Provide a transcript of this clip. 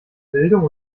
bildung